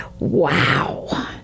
Wow